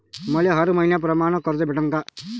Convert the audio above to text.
मले हर मईन्याप्रमाणं कर्ज भेटन का?